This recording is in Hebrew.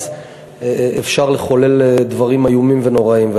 אז אפשר לחולל דברים איומים ונוראים.